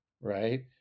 right